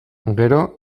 gero